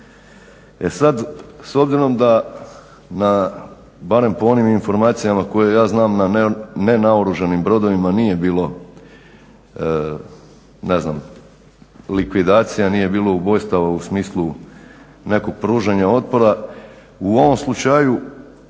E sad s obzirom da na, barem po onim informacijama koje ja znam na nenaoružanim brodovima nije bilo, ne znam likvidacija, nije bilo ubojstava u smislu nekog pružanja otpora, u ovom slučaju